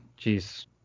jeez